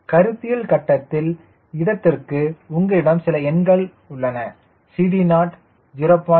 கருத்தியல் கட்டத்தில் இடத்திற்கு உங்களிடம் சில எண்கள் உள்ளன 𝐶DO 0